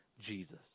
jesus